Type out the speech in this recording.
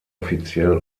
offiziell